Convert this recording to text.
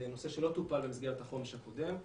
זה נושא שלא טופל במסגרת החומש הקודמת,